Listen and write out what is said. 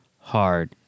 hard